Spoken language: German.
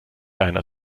einer